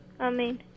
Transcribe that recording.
Amen